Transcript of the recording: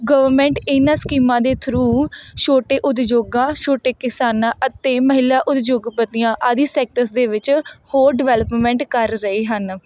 government ਇਹਨਾਂ ਸਕੀਮਾਂ ਦੇ ਥਰੂ ਛੋਟੇ ਉਦਯੋਗਾਂ ਛੋਟੇ ਕਿਸਾਨਾਂ ਅਤੇ ਮਹਿਲਾ ਉਦਯੋਗਪਤੀਆਂ ਆਦਿ ਸੈਕਟਰਸ ਦੇ ਵਿੱਚ ਹੋਰ ਡਿਵੈਲਪਮੈਂਟ ਕਰ ਰਹੇ ਹਨ